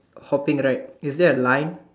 hopping right is there a line